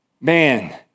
man